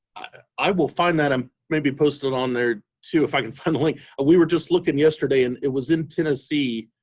i will find that and um maybe post it on there too. if i can find the link we were just looking yesterday and it was in tennessee.